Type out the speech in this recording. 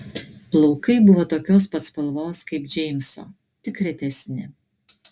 plaukai buvo tokios pat spalvos kaip džeimso tik retesni